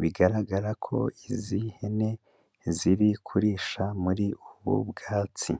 bigaragara ko izi hene, ziri kurisha muri ubu bwatsi.